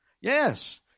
yes